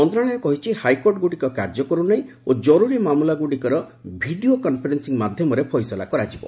ମନ୍ତ୍ରଣାଳୟ କହିଛି ହାଇକୋର୍ଟଗୁଡ଼ିକ କାର୍ଯ୍ୟ କରୁନାହିଁ ଓ ଜର୍ରରୀ ମାମଲାଗୁଡ଼ିକର ଭିଡ଼ିଓ କନଫରେନ୍ସିଂ ମାଧ୍ୟମରେ ଫଇସଲା କରାଯିବ